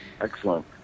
Excellent